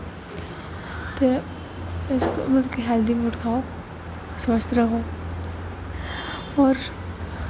ते मतलब कि हैल्दी फूड खाओ स्वस्थ र'वो होर